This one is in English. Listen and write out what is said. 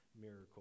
miracle